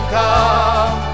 come